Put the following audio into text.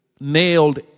nailed